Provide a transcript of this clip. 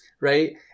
Right